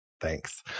thanks